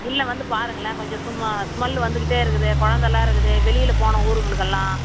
இல்லை வந்து பாருங்களேன் கொஞ்சம் சும்மா ஸ்மெல்லு வந்துகிட்டே இருக்குது குழந்தலாம் இருக்குது வெளியில போகணும் ஊருங்களுக்கெல்லாம்